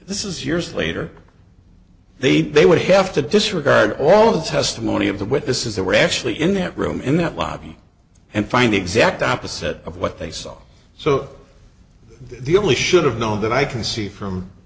this is years later they they would have to disregard all of the testimony of the witnesses that were actually in that room in that lobby and find the exact opposite of what they saw so the only should've known that i can see from